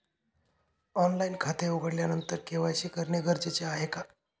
Online खाते उघडल्यानंतर KYC करणे गरजेचे आहे का?